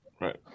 Right